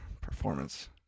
performance